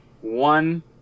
one